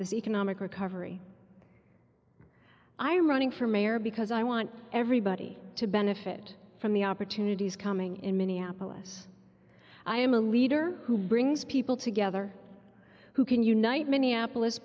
s economic recovery i'm running for mayor because i want everybody to benefit from the opportunities coming in minneapolis i am a leader who brings people together who can unite minneapolis